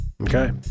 Okay